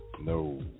No